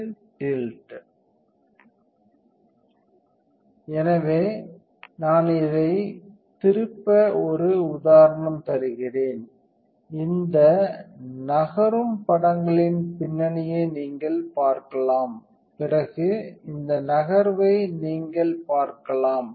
இது டில்ட் எனவே நான் இதைத் திருப்ப ஒரு உதாரணம் தருகிறேன் இந்தப் நகரும் படங்களின் பின்னணியை நீங்கள் பார்க்கலாம் பிறகு இந்த நகர்வை நீங்கள் பார்க்கலாம்